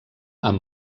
amb